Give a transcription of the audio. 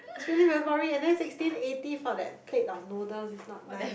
its really very boring and then sixteen eighty for that plate of noodles is not nice